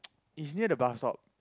it's near the bus stop